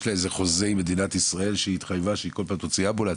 יש לה איזה חוזה עם מדינת ישראל היא התחייבה שכל פעם היא תוציא אמבולנס?